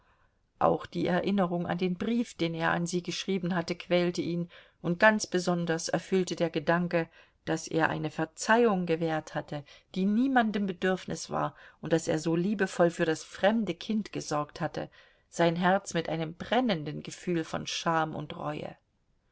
auch die erinnerung an den brief den er an sie geschrieben hatte quälte ihn und ganz besonders erfüllte der gedanke daß er eine verzeihung gewährt hatte die niemandem bedürfnis war und daß er so liebevoll für das fremde kind gesorgt hatte sein herz mit einem brennenden gefühl von scham und reue